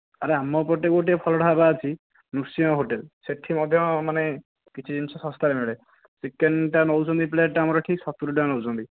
ଆରେ ଆମ ପଟେ ଗୋଟିଏ ଭଲ ଢାବା ଅଛି ନୃସିଂହ ହୋଟେଲ ସେଇଠି ମଧ୍ୟ ମାନେ କିଛି ଜିନିଷ ଶସ୍ତାରେ ମିଳେ ଚିକେନଟା ନେଉଛନ୍ତି ପ୍ଳେଟଟା ଆମର ଏଇଠି ସତୁରି ଟଙ୍କା ନେଉଛନ୍ତି